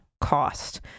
cost